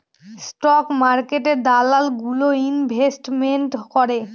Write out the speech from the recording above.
stock মার্কেটে দালাল গুলো ইনভেস্টমেন্ট করে